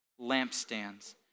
lampstands